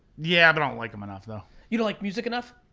yeah but i don't like em enough though. you don't like music enough?